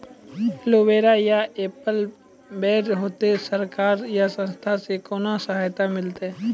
Aloe vera या apple बैर होते? सरकार या संस्था से कोनो सहायता मिलते?